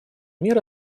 мир